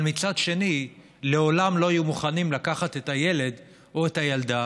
אבל מצד שני לעולם לא יהיו מוכנים לקחת את הילד או את הילדה